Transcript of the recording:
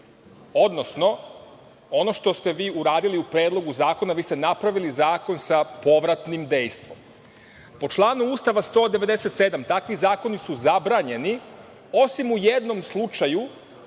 odnosno ono što ste vi uradili u Predlogu zakona, vi ste napravili zakon sa povratnim dejstvom. Po članu Ustava 197. takvi zakoni su zabranjeni, osim u jednom slučaju